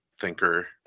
thinker